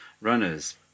runners